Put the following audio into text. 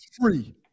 free